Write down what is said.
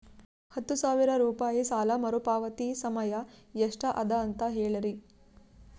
ಹತ್ತು ಸಾವಿರ ರೂಪಾಯಿ ಸಾಲ ಮರುಪಾವತಿ ಸಮಯ ಎಷ್ಟ ಅದ ಅಂತ ಹೇಳರಿ?